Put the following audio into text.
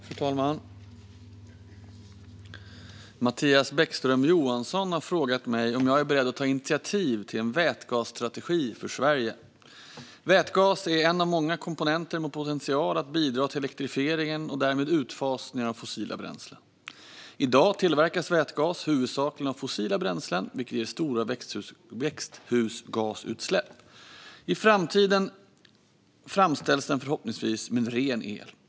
Fru talman! har frågat mig om jag är beredd att ta initiativ till en vätgasstrategi för Sverige. Vätgas är en av många komponenter med potential att bidra till elektrifieringen och därmed utfasningen av fossila bränslen. I dag tillverkas vätgas huvudsakligen av fossila bränslen, vilket ger stora växthusgasutsläpp. I framtiden kommer den förhoppningsvis att framställas med ren el.